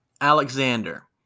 Alexander